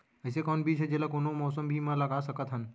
अइसे कौन बीज हे, जेला कोनो मौसम भी मा लगा सकत हन?